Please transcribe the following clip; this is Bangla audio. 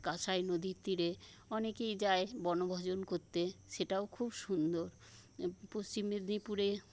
কাঁসাই নদীর তীরে অনেকেই যায় বনভোজন করতে সেটাও খুব সুন্দর পশ্চিম মেদিনীপুরে